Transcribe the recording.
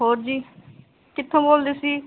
ਹੋਰ ਜੀ ਕਿੱਥੋਂ ਬੋਲਦੇ ਸੀ